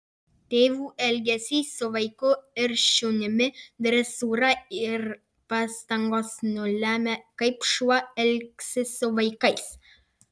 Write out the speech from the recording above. tėvų elgesys su vaiku ir šunimi dresūra ir pastangos nulemia kaip šuo elgsis su vaikais